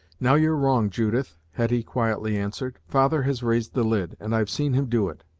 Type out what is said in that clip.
now you're wrong, judith, hetty quietly answered. father has raised the lid, and i've seen him do it.